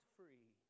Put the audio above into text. free